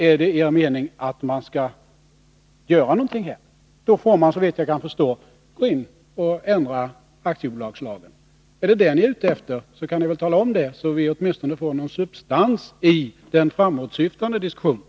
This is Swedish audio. Är det er mening att man skall göra någonting här, då får man såvitt jag förstår gå in och ändra aktiebolagslagen. Är det vad ni är ute efter, tala då om det, så att vi åtminstone får någon substans i den framåtsyftande diskussionen!